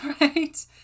Right